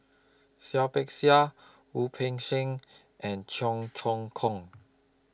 Seah Peck Seah Wu Peng Seng and Cheong Choong Kong